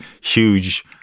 huge